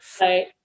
right